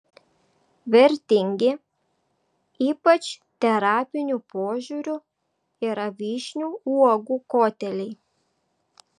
vertingi ypač terapiniu požiūriu yra vyšnių uogų koteliai